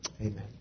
Amen